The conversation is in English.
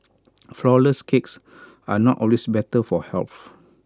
Flourless Cakes are not always better for health